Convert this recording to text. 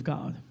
God